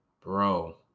bro